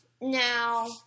Now